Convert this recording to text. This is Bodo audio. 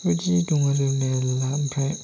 बिदिनो दं आरो मेरला ओमफ्राय